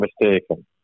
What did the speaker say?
mistaken